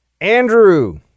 andrew